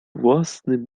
własnym